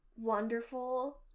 wonderful